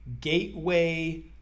gateway